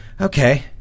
okay